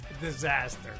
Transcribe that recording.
Disaster